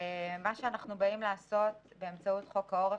מה שאנחנו באים לעשות באמצעות חוק העורף,